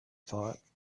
thought